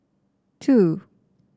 two